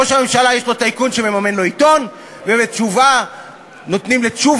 אלא שבבחריין יש דיקטטורה, ובמדינת ישראל